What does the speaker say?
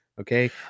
Okay